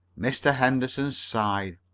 mr. henderson sighed.